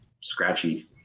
scratchy